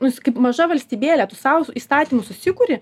nu jis kaip maža valstybėlė tu sau įstatymus susikuri